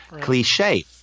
cliche